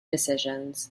decisions